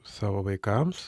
savo vaikams